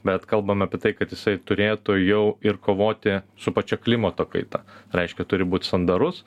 bet kalbame apie tai kad jisai turėtų jau ir kovoti su pačia klimato kaita reiškia turi būt sandarus